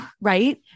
Right